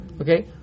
Okay